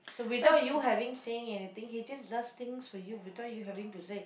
so without you having saying anything he just does things for you without you having to say